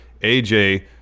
AJ